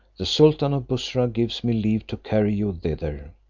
the sultan of bussorah gives me leave to carry you thither,